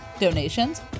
donations